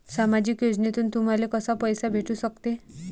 सामाजिक योजनेतून तुम्हाले कसा पैसा भेटू सकते?